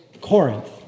Corinth